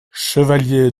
chevalier